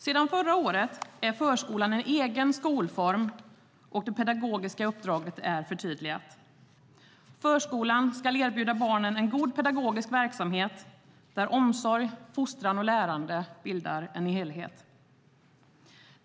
Sedan förra året är förskolan en egen skolform, och det pedagogiska uppdraget är förtydligat. Förskolan ska erbjuda barnen en god pedagogisk verksamhet där omsorg, fostran och lärande bildar en helhet.